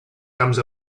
camps